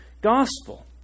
gospel